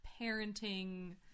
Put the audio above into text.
parenting